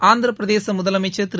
ஆந்திரப்பிரதேச முதலமைச்சர் திரு